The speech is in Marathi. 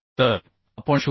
तर आपण 0